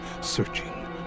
searching